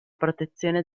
protezione